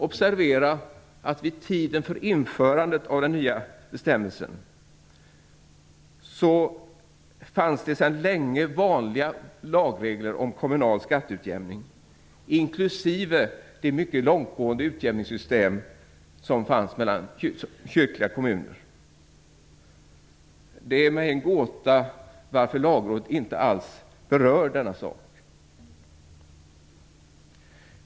Observera att vid tiden för införandet av den nya bestämmelsen fanns det sedan länge vanliga lagregler om kommunal skatteutjämning, inklusive det mycket långtgående utjämningssystemet mellan kyrkliga kommuner. Det är för mig en gåta varför Lagrådet inte alls berör denna sak.